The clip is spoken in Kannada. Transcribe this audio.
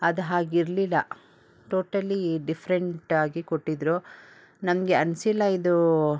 ಅದು ಹಾಗಿರಲಿಲ್ಲ ಟೋಟಲಿ ಡಿಫ್ರೆಂಟಾಗಿ ಕೊಟ್ಟಿದ್ರು ನಮಗೆ ಅನಿಸಲ್ಲ ಇದು